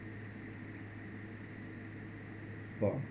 !wah!